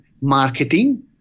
marketing